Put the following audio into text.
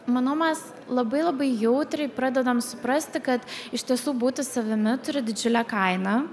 manau mes labai labai jautriai pradedam suprasti kad iš tiesų būti savimi turi didžiulę kainą